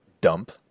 Dump